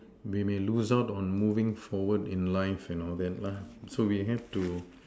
we may lose out on moving forward in life and all that so we have to